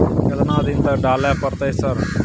केतना दिन तक डालय परतै सर?